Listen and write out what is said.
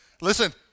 Listen